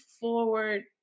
forward